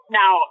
now